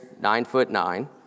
nine-foot-nine